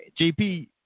JP